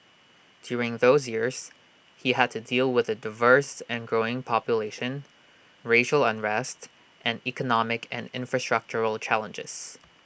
during those years he had to deal with A diverse and growing population racial unrest and economic and infrastructural challenges